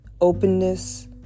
openness